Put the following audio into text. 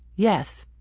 yes,